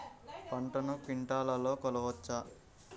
పంటను క్వింటాల్లలో కొలవచ్చా?